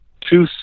two